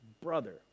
brother